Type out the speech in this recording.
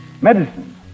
medicine